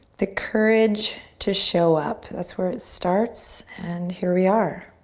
the courage to show up, that's where it starts and here we are.